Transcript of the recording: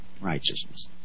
righteousness